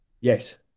Yes